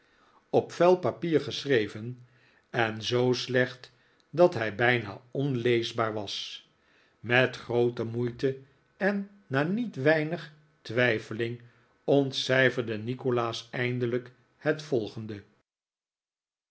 op vuil papier geschreven en zoo slecht dat hij bijna onleesbaar was met groote moeite en na niet weinig twijfeling ontcijferde nikolaas eindelijk het volgende